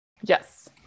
Yes